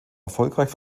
erfolgreich